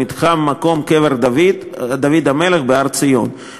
במתחם מקום קבר דוד המלך בהר-ציון,